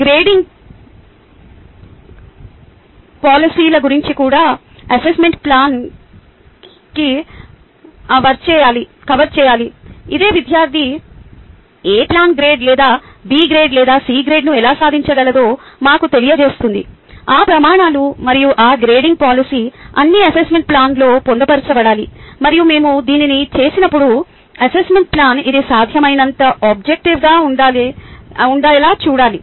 grading పాలసీల గురించి కూడా అసెస్మెంట్ ప్లాన్ కవర్ చేయాలి ఇది విద్యార్థి ఎ ప్లస్ గ్రేడ్ లేదా బి గ్రేడ్ లేదా సి గ్రేడ్ను ఎలా సాధించగలదో మాకు తెలియజేస్తుంది ఆ ప్రమాణాలు మరియు ఆ గ్రేడింగ్ పాలసీ అన్నీ అసెస్మెంట్ ప్లాన్లో పొందుపరచబడాలి మరియు మేము దీనిని చేసినప్పుడు అసెస్మెంట్ ప్లాన్ ఇది సాధ్యమైనంత ఆబ్జెక్టివ్గా ఉండేలా చూడాలి